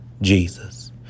Jesus